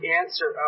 answer